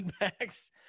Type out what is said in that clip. Max